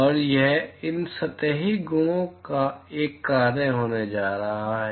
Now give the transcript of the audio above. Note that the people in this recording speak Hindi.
और यह इन सतही गुणों का एक कार्य होने जा रहा है